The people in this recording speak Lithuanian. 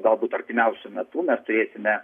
galbūt artimiausiu metu mes turėsime